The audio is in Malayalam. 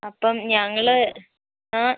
അപ്പം ഞങ്ങൾ ആ